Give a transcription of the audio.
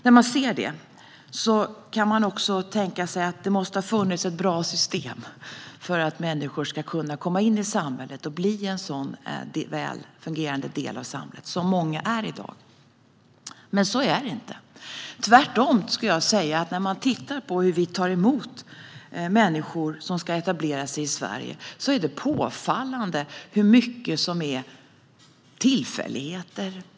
När man ser det kan man tänka sig att det måste ha funnits ett bra system för att se till att människor kan komma in i samhället och bli en så väl fungerande del av samhället som många människor är i dag. Men så är det inte, tvärtom. När man ser på hur vi tar emot människor som ska etablera sig i Sverige är det påfallande mycket som är tillfälligheter.